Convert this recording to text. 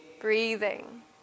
Breathing